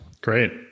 Great